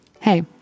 Hey